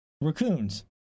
Raccoons